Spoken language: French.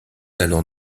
alors